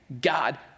God